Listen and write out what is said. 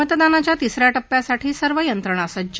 मतदानाच्या तिसऱ्या टप्प्यासाठी सर्व यंत्रणा सज्ज